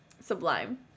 sublime